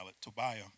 Tobiah